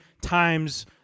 times